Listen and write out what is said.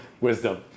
Wisdom